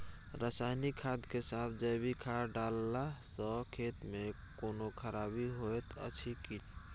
रसायनिक खाद के साथ जैविक खाद डालला सॅ खेत मे कोनो खराबी होयत अछि कीट?